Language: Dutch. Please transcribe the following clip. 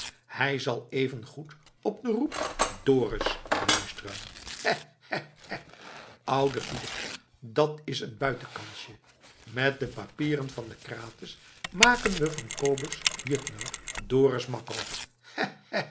hij zal evengoed op den roep dorus luisteren hè hè hè oude philip dat is een buitenkansje met de papieren van den krates maken we van kobus juttner dorus makko